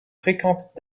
fréquentes